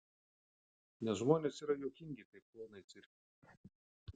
nes žmonės yra juokingi kaip klounai cirke